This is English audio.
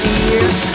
ears